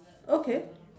okay